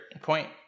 point